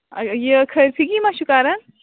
یہِ کھٔرسی گی مہ چھُ کَران